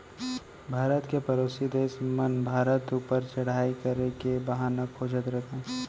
भारत के परोसी देस मन भारत ऊपर चढ़ाई करे के बहाना खोजत रथें